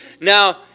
Now